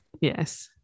yes